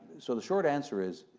so, the short answer is,